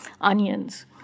onions